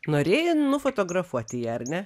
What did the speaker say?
norėjai nufotografuoti ją ar ne